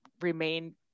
remain